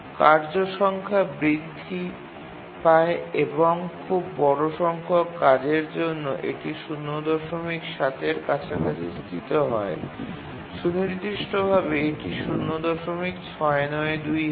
কার্য সংখ্যা বৃদ্ধি পায় এবং খুব বড় সংখ্যক কাজের জন্য এটি ০৭ এর কাছাকাছি স্থিত হয় সুনির্দিষ্টভাবে এটি ০৬৯২ হয়